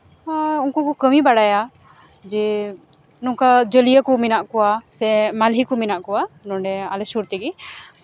ᱩᱱᱠᱩ ᱠᱚ ᱠᱟᱹᱢᱤ ᱵᱟᱲᱟᱭᱟ ᱡᱮ ᱱᱚᱝᱠᱟ ᱡᱟᱹᱞᱤᱭᱟᱹ ᱠᱚ ᱢᱮᱱᱟᱜ ᱠᱚᱣᱟ ᱥᱮ ᱢᱟᱦᱞᱮ ᱠᱚ ᱢᱮᱱᱟᱜ ᱠᱚᱣᱟ ᱱᱚᱰᱮ ᱟᱞᱮ ᱥᱩᱨ ᱨᱮᱜᱮ